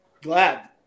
Glad